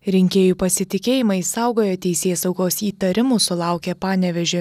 rinkėjų pasitikėjimą išsaugojo teisėsaugos įtarimų sulaukę panevėžio